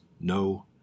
no